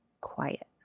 quiet